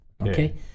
okay